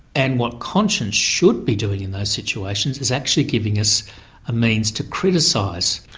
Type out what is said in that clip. and what conscience should be doing in those situations is actually giving us a means to criticise.